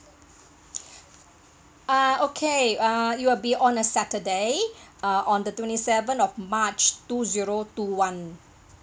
uh okay uh it'll be on a saturday uh on the twenty seven of march two zero two one